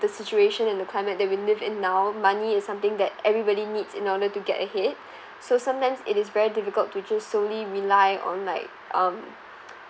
the situation and the climate that we live in now money is something that everybody needs in order to get ahead so sometimes it is very difficult to choose solely rely on like um